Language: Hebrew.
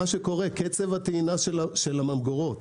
קצב הטעינה של הממגורות